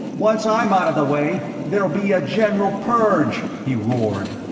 once i'm out of the way, there'll be a general purge, he roared.